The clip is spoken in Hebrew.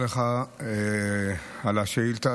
תודה רבה לך על השאילתה.